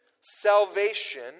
salvation